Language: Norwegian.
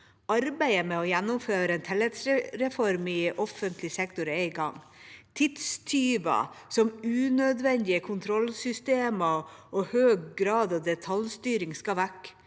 Arbeidet med å gjennomføre en tillitsreform i offentlig sektor er i gang. Tidstyver som unødvendige kontrollsystemer og høy grad av detaljstyring skal vekk.